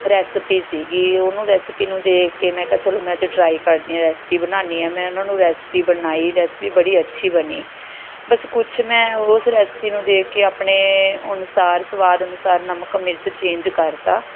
recipe ਸੀਗੀ ਉਹਨੂੰ recipe ਨੂੰ ਦੇਖ ਕੇ ਮੈਂ ਕਿਹਾ ਚਲੋ ਮੈਂ ਅੱਜ ਟਰਾਈ ਕਰਦੀ ਹਾਂ ਰੈਸਪੀ ਬਣਾਉਂਦੀ ਹਾਂ ਮੈਂ ਉਹਨਾਂ ਨੂੰ ਰੈਸਪੀ ਬਣਾਈ ਰੈਸਪੀ ਬੜੀ ਅੱਛੀ ਬਣੀ ਬਸ ਕੁਛ ਮੈਂ ਉਸ ਰੈਸਪੀ ਨੂੰ ਦੇਖ ਕੇ ਆਪਣੇ ਅਨੁਸਾਰ ਸਵਾਦ ਅਨੁਸਾਰ ਨਮਕ ਮਿਰਚ ਚੇਂਜ ਕਰਤਾ